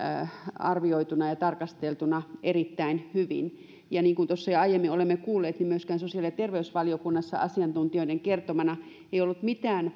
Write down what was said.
arvioituna ja tarkasteltuna erittäin hyvin niin kuin tuossa jo aiemmin olemme kuulleet myöskään sosiaali ja terveysvaliokunnassa asiantuntijoiden kertomana ei ollut mitään